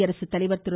குடியரசுத்தலைவர் திரு